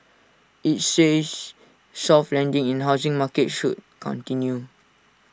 IT says soft landing in housing market should continue